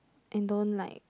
and don't like